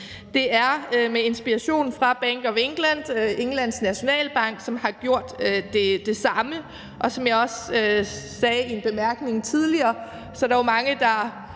Det er med inspiration fra Bank of England, altså Englands nationalbank, som har gjort det samme, og som jeg også sagde i en kort bemærkning tidligere, er der jo mange, der